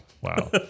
Wow